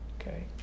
okay